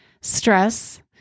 stress